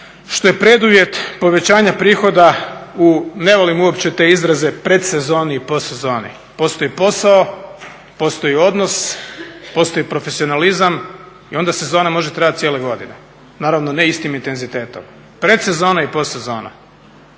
što je preduvjet povećanja prihoda u, ne volim uopće te izraze, predsezoni i postsezoni. Postoji posao, postoji odnos, postoji profesionalizam i onda sezona može trajat cijele godine, naravno ne istim intenzitetom. Predsezona i postsezona.